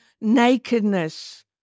nakedness